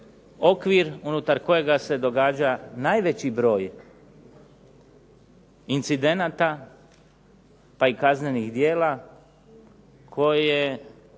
okvir unutar kojeg se događa najveći broj incidenata, pa i kaznenih djela koje